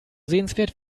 sehenswert